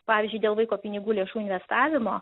pavyzdžiui dėl vaiko pinigų lėšų investavimo